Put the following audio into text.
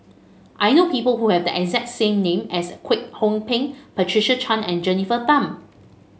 I know people who have the exact same name as Kwek Hong Png Patricia Chan and Jennifer Tham